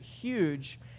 huge